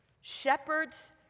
shepherds